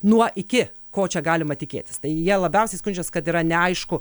nuo iki ko čia galima tikėtis tai jie labiausiai skundžias kad yra neaišku